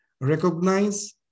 Recognize